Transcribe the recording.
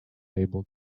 able